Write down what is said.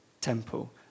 temple